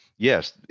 Yes